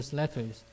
letters